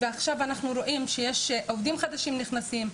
עכשיו אנחנו רואים שיש עובדים חדשים שנכנסים,